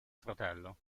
fratello